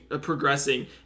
progressing